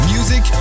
Music